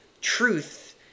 truth